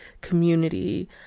community